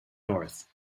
north